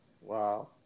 Wow